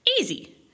Easy